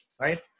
right